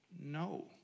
No